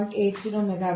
80 megawatt